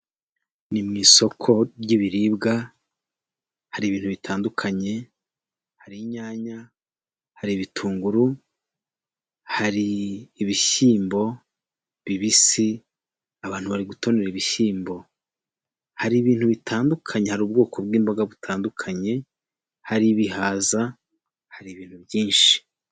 Umuhanda wa kaburimbo ushushanyijemo imirongo myinshi itandukanye muri iyo mirongo harimo iy'umuhondo irombereje idacagaguye, indi akaba ari imirongo y'umweru ishushanyije mu cyerekezo kimwe cyangwa se aho abanyamaguru bakwiye kwambukira, hakaba hateye ibyatsi kuruhande rw'umuhanda kandi mu muhanda rwagati hakaba harimo ibinyabiziga byinshi bitandukanye nk'ibinyamitende moto ndetse n'imodoka.